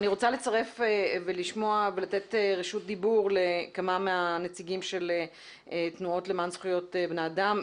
אני רוצה לתת רשות דיבור לכמה מהנציגים של התנועות למען זכויות בני אדם.